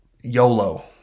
YOLO